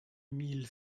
mille